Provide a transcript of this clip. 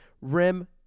rim